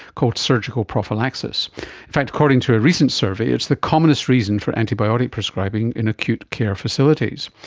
called surgical prophylaxis. in fact according to a recent survey it's the commonest reason for antibiotic prescribing in acute-care facilities.